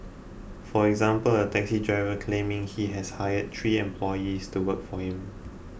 for example a taxi driver claiming he has hired three employees to work for him